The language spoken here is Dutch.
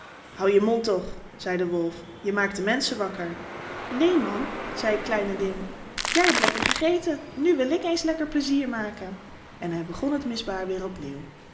hou je mond toch zei de wolf je maakt de menschen wakker neen man zei t kleine ding jij hebt lekker gegeten nu wil ik eens lekker pleizier maken en hij begon het misbaar weêr opnieuw